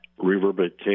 Reverberation